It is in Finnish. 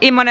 imane